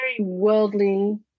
worldly